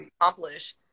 accomplish